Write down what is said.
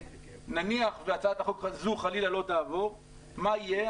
נניח שהצעת החוק הזאת חלילה לא תעבור מה יהיה?